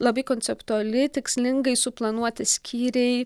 labai konceptuali tikslingai suplanuoti skyriai